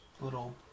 little